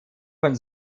von